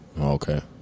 Okay